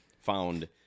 found